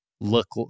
look